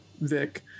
Vic